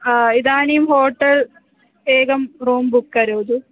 इदानीं होटेल् एकं room book करोतु